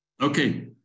Okay